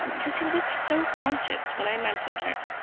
because he looked so conscious when i mentioned her.